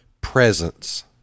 presence